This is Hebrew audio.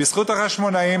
בזכות החשמונאים,